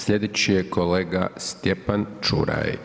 Sljedeći je kolega Stjepan Čuraj.